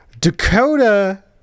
Dakota